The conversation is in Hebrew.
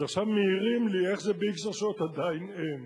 אז עכשיו מעירים לי: איך זה שב-x רשויות עדיין אין?